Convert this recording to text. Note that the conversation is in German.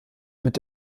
mit